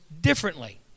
differently